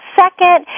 second